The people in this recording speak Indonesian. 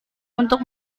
untuk